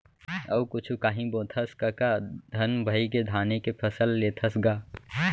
अउ कुछु कांही बोथस कका धन भइगे धाने के फसल लेथस गा?